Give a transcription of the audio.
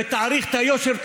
ותעריך את היושר,